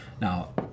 Now